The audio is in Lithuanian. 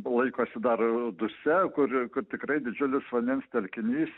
laikosi dar dusia kur kur tikrai didžiulis vandens telkinys